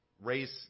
raise